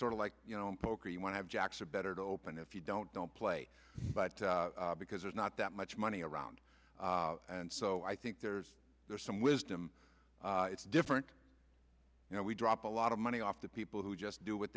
sort of like you know in poker you want to have jacks or better to open if you don't don't play but because there's not that much money around and so i think there's there's some wisdom it's different you know we drop a lot of money off the people who just do what